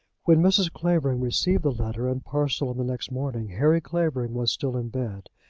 when mrs. clavering received the letter and parcel on the next morning, harry clavering was still in bed.